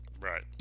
Right